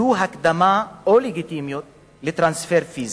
זו הקדמה או לגיטימיות לטרנספר פיזי.